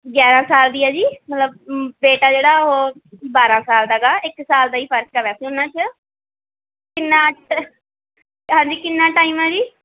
ਗਿਆਰਾ ਸਾਲ ਦੀ ਆ ਜੀ ਮਤਲਬ ਬੇਟਾ ਜਿਹੜਾ ਉਹ ਬਾਰਾਂ ਸਾਲ ਦਾ ਗਾ ਇੱਕ ਸਾਲ ਦਾ ਹੀ ਫ਼ਰਕ ਆ ਵੈਸੇ ਉਹਨਾਂ 'ਚ ਕਿੰਨਾ ਕੁ ਹਾਂਜੀ ਕਿੰਨਾ ਟਾਈਮ ਆ ਜੀ